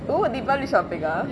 oo deepavali shopping ah